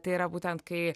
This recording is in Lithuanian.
tai yra būtent kai